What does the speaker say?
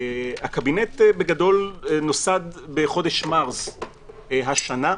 הקבינט נוסד בחודש מרס השנה,